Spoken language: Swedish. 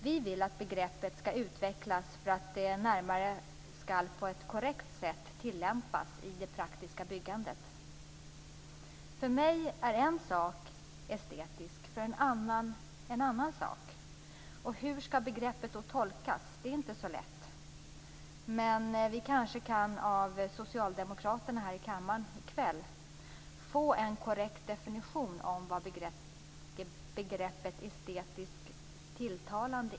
Vi vill att begreppet skall utvecklas för att närmare kunna tillämpas på ett konkret sätt i det praktiska byggandet. För mig är estetiskt en sak och för någon annan är det en annan sak. Hur skall begreppet då tolkas? Det är inte så lätt. Men kanske kan vi av socialdemokraterna här i kammaren i kväll få en korrekt definition av begreppet estetiskt tilltalande.